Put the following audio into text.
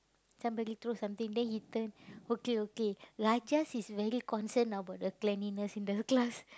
somebody throw something then he turn okay okay is very concerned about the cleanliness in the class